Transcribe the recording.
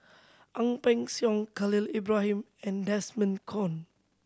Ang Peng Siong Khalil Ibrahim and Desmond Kon